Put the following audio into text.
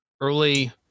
early